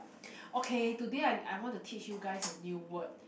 okay today I I want to teach you guys a new word